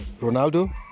Ronaldo